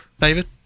David